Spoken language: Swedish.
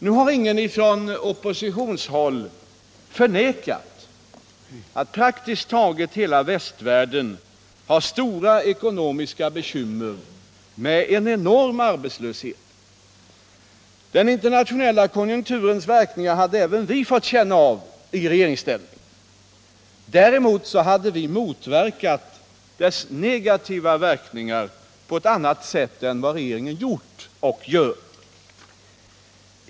Nu har ingen från oppositionshåll förnekat att praktiskt taget hela västvärlden har stora ekonomiska bekymmer med en enorm arbetslöshet. Den internationella konjunkturens verkningar hade även vi fått känna av i regeringsställning. Däremot hade vi motverkat dess negativa verkningar på ett annat sätt än vad regeringen gjort och gör.